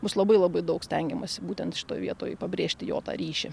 bus labai labai daug stengiamasi būtent šitoj vietoj pabrėžti jo tą ryšį